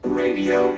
radio